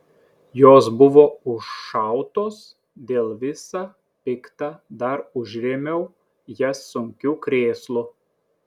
jos buvo užšautos dėl visa pikta dar užrėmiau jas sunkiu krėslu